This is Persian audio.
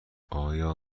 آیا